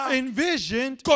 envisioned